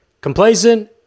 complacent